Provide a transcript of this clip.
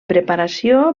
preparació